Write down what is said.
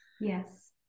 Yes